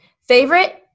Favorite